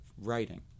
writing